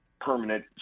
permanent